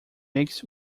makes